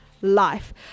life